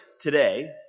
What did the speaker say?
today